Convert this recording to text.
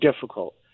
difficult